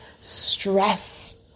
stress